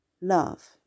Love